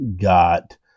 got